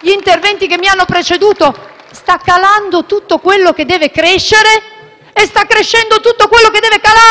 negli interventi che mi hanno preceduto: sta calando tutto quello che deve crescere e sta crescendo tutto quello che deve calare!